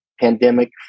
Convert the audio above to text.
pandemic